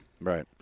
right